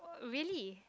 really